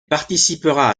participera